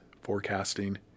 forecasting